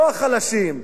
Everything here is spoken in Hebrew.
לא החלשים,